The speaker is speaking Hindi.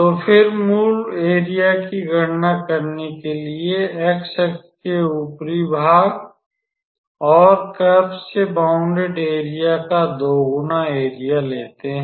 तो फिर मूल एरिया की गणना करने के लिए एक्स अक्ष के ऊपरी भाग और कर्व से बौंडेड एरिया का 2 गुना एरिया लेते है